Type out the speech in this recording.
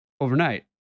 overnight